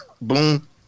Boom